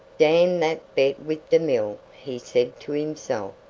damn that bet with demille, he said to himself,